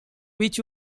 which